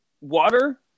Water